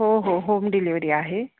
हो हो home delivery आहे